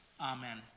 Amen